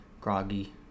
groggy